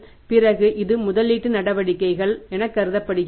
பிறகு இது முதலீட்டு நடவடிக்கைகள் என கருதப்படுகிறது